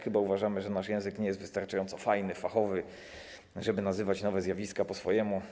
Chyba uważamy tak, że nasz język nie jest wystarczająco fajny, fachowy, żeby nazywać nowe zjawiska po swojemu.